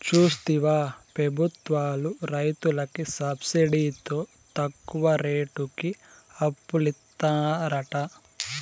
చూస్తివా పెబుత్వాలు రైతులకి సబ్సిడితో తక్కువ రేటుకి అప్పులిత్తారట